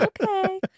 Okay